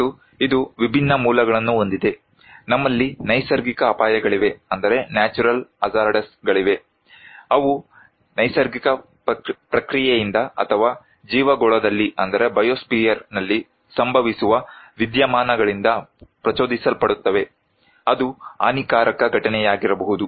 ಮತ್ತು ಇದು ವಿಭಿನ್ನ ಮೂಲಗಳನ್ನು ಹೊಂದಿದೆ ನಮ್ಮಲ್ಲಿ ನೈಸರ್ಗಿಕ ಅಪಾಯಗಳಿವೆ ಅವು ನೈಸರ್ಗಿಕ ಪ್ರಕ್ರಿಯೆಯಿಂದ ಅಥವಾ ಜೀವಗೋಳದಲ್ಲಿ ಸಂಭವಿಸುವ ವಿದ್ಯಮಾನಗಳಿಂದ ಪ್ರಚೋದಿಸಲ್ಪಡುತ್ತವೆ ಅದು ಹಾನಿಕಾರಕ ಘಟನೆಯಾಗಿರಬಹುದು